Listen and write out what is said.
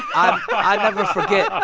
i never forget.